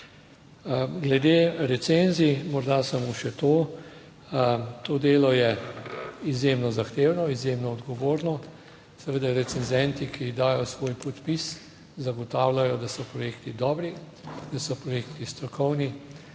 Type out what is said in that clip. Glede recenzij morda samo še to, to delo je izjemno zahtevno, izjemno odgovorno. Seveda recenzenti, ki dajo svoj podpis zagotavljajo, da so projekti dobri, da so projekti strokovni,